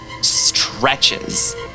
stretches